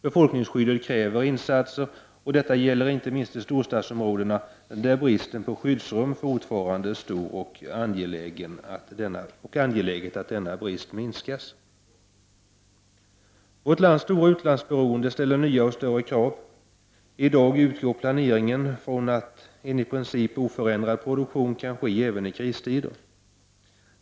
Befolkningsskyddet kräver insatser, och detta gäller inte minst i storstadsområdena, där bristen på skyddsrum fortfarande är stor, vilken är angelägen att minska. Utlandsberoendet ställer nya och större krav. I dag utgår planeringen från att en i princip oförändrad produktion kan ske även i kristider.